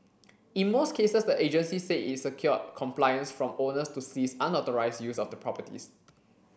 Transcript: in most cases the agency said it secured compliance from owners to cease unauthorised use of the properties